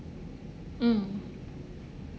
mm